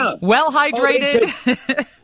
well-hydrated